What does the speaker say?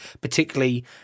particularly